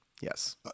yes